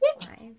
nice